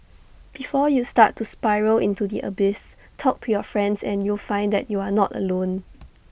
before you start to spiral into the abyss talk to your friends and you'll find that you are not alone